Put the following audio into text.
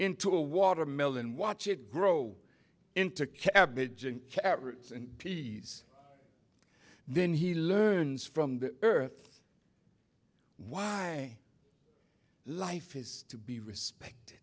into a watermelon and watch it grow into cabbage and carrots and peas then he learns from the earth why life is to be